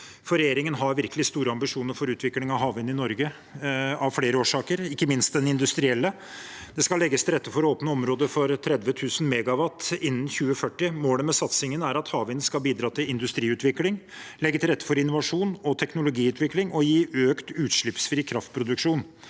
Regjeringen har virkelig store ambisjoner for utvikling av havvind i Norge, av flere årsaker, ikke minst den industrielle. Det skal legges til rette for å åpne områder for 30 000 MW innen 2040. Målet med satsingen er at havvind skal bidra til industriutvikling, legge til rette for innovasjon og teknologiutvikling og gi økt utslippsfri kraftproduksjon,